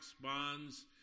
bonds